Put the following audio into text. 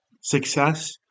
success